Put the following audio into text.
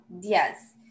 Yes